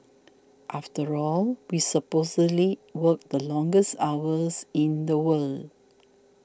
after all we supposedly work the longest hours in the world